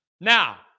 Now